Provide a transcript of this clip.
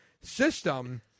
system